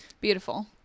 Beautiful